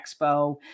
expo